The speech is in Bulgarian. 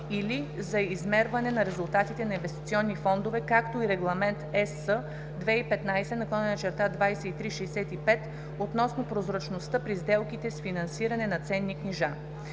или за измерване на резултатите на инвестиционни фондове, както и Регламент ЕС 2015/2365 относно прозрачността при сделките с финансиране на ценни книжа.